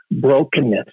brokenness